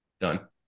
Done